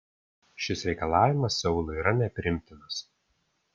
šis reikalavimas seului yra nepriimtinas